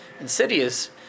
insidious